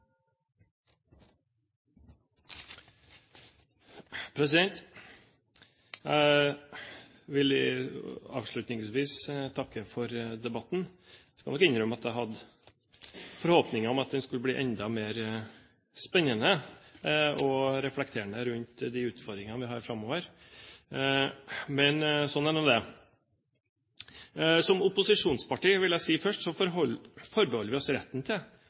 Jeg vil avslutningsvis takke for debatten. Jeg kan nok innrømme at jeg hadde forhåpninger om at den skulle bli enda mer spennende, og at man reflekterte over de utfordringene vi har framover – men sånn er nå det. Som opposisjonsparti – vil jeg si først – forbeholder vi oss retten til